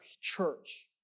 church